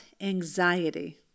anxiety